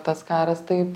tas karas taip